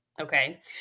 Okay